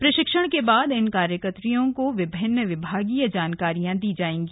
प्रशिक्षण के बाद इन कार्यकर्वियों को विभिन्न विभागीय जानकारियां मिलेंगी